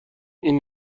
این